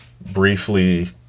briefly